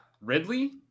Ridley